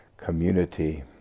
community